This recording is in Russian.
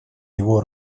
его